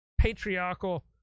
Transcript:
patriarchal